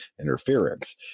interference